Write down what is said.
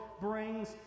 brings